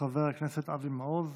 חבר הכנסת אבי מעוז,